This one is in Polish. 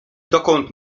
dokąd